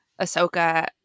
Ahsoka